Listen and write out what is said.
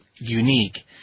unique